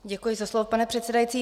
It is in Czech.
Děkuji za slovo, pane předsedající.